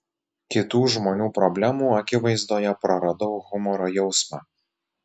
kitų žmonių problemų akivaizdoje praradau humoro jausmą